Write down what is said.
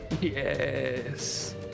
Yes